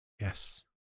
Yes